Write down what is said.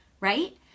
Right